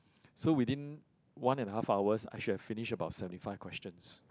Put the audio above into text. so within one and a half hours I should have finished about seventy five questions